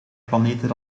planeten